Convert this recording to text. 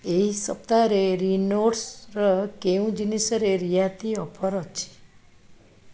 ଏହି ସପ୍ତାହରେ ରିନୋଲ୍ଡସର କେଉଁ ଜିନିଷରେ ରିହାତି ଅଫର୍ ଅଛି